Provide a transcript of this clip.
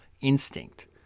instinct